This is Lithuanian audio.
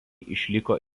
išliko